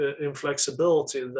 inflexibility